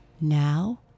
Now